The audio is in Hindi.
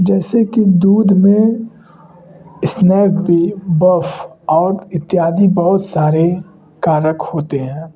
जैसे कि दूध में और इत्यादि बहुत सारे कारक होते हैं